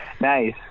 Nice